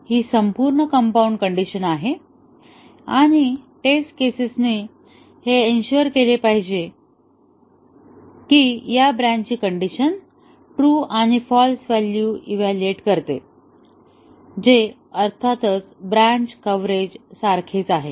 ही संपूर्ण compound condition आहे आणि टेस्ट केसेसने हे अशुअर केले पाहिजे की या ब्रँचची कण्डिशन ट्रू आणि फाल्स व्हॅल्यू इव्हॅल्युएट करते जे अर्थातच ब्रँच कव्हरेज सारखेच आहे